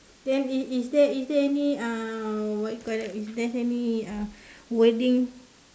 then is is is there is there any uh what you call that is there's any uh wording